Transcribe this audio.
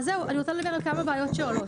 אני רוצה לדבר על כמה בעיות שעולות.